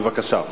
בבקשה.